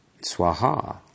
swaha